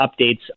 updates